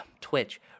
Twitch